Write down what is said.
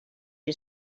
you